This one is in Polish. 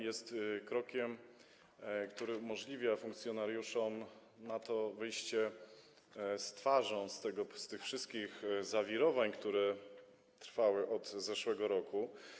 Jest krokiem, który umożliwia funkcjonariuszom wyjście z twarzą z tych wszystkich zawirowań, które trwały od zeszłego roku.